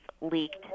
leaked